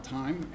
time